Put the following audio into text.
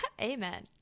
Amen